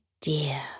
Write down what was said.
dear